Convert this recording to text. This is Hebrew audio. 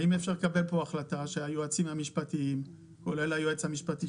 האם אפשר לקבל פה החלטה שהיועצים המשפטיים כולל היועץ המשפטי